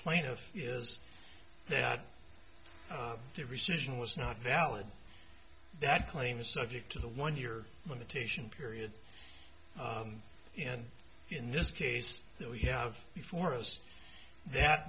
plaintiff is that the rescission was not valid that claim is subject to the one your limitation period and in this case that we have before us that